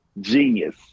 genius